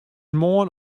moarn